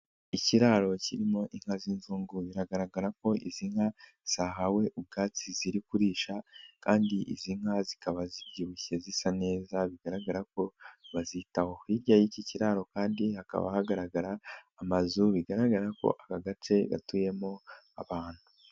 Ikiraro kirimo inka'zinzungu biragaragara ko izi nka zahawe ubwatsi ziri kurisha kandi izi nka zikaba zibyibushye zisa neza bigaragara ko bazitaho, hirya y'iki kiraro kandi hakaba hagaragara amazu, bigaragara ko aka gace gatuyemo abantu.